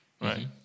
right